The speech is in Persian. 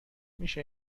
میشه